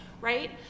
right